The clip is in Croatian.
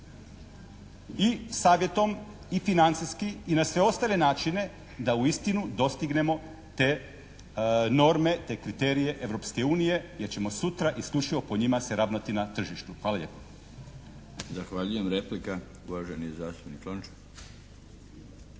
i savjetom i financijski i na sve ostale načine da uistinu dostignemo te norme, te kriterije Europske unije jer ćemo sutra isključivo po njima se ravnati na tržištu. Hvala lijepo. **Milinović, Darko (HDZ)** Zahvaljujem. Replika uvaženi zastupnik Lončar.